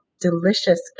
delicious